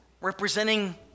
representing